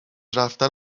رفتن